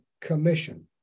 Commission